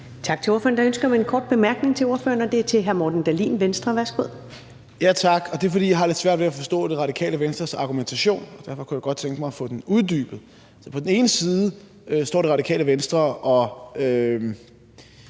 Tak til ordføreren. Der er ønske om en kort bemærkning til ordføreren, og det er fra hr. Morten Dahlin, Venstre. Værsgo. Kl. 13:43 Morten Dahlin (V): Tak. Det er, fordi jeg har lidt svært ved at forstå Radikale Venstres argumentation, og derfor kunne jeg godt tænke mig at få den uddybet. På den ene side står Radikale Venstre og